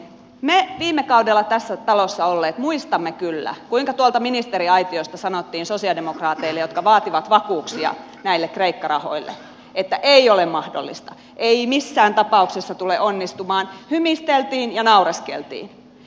me viime kaudella tässä talossa olleet muistamme kyllä kuinka tuolta ministeriaitiosta sanottiin sosialidemokraateille jotka vaativat vakuuksia näille kreikka rahoille että ei ole mahdollista ei missään tapauksessa tule onnistumaan hymisteltiin ja naureskeltiin